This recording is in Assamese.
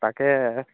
তাকে